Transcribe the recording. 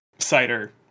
cider